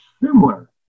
similar